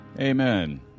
Amen